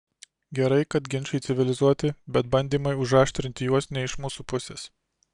gerai kad ginčai civilizuoti bet bandymai užaštrinti juos ne iš mūsų pusės